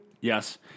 Yes